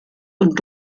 und